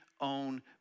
own